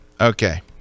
Okay